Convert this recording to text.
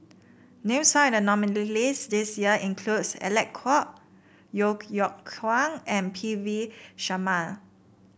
names found in the nominees' list this year includes Alec Kuok Yeo Yeow Kwang and P V Sharma